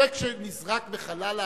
הספק שנזרק בחלל האוויר,